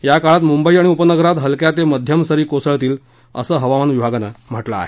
या काळात मुंबई आणि उपनगरात हलक्या ते मध्यम सरी कोसळतील असं हवामान विभागानं म्हटलं आहे